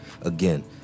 Again